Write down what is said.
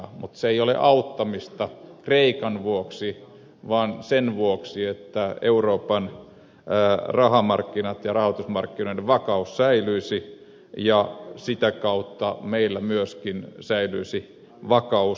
mutta se ei ole auttamista kreikan vuoksi vaan sen vuoksi että euroopan rahamarkkinat ja rahoitusmarkkinoiden vakaus säilyisivät ja sitä kautta meillä myöskin säilyisi vakaus